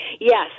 Yes